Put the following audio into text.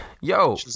Yo